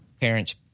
parents